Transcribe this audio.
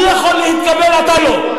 אני יכול להתקבל, אתה לא.